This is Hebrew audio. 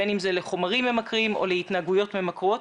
בין אם זה לחומרים ממכרים או להתנהגויות ממכרות.